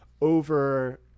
over